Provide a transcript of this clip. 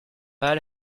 pas